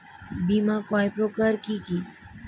বীমা কয় প্রকার কি কি?